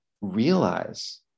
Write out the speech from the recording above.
realize